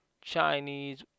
Chinese